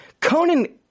Conan